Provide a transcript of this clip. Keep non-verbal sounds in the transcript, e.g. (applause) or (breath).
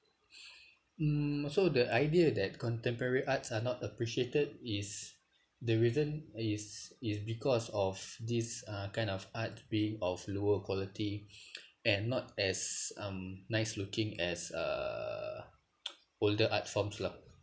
(breath) mm so the idea that contemporary arts are not appreciated is the reason is it's because of this uh kind of art being of lower quality (breath) and not as um nice looking as uh (noise) older art forms lah